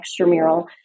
extramural